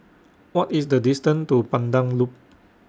What IS The distance to Pandan Loop